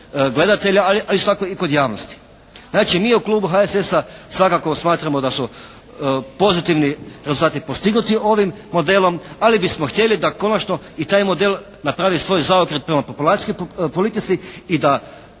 gledatelja ali isto tako i kod javnosti. Znači, mi u klubu HSS-a svakako smatramo da su pozitivni rezultati postignuti ovim modelom. Ali bismo htjeli da konačno i taj model napravi svoj zaokret prema populacijskoj politici i da